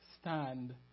stand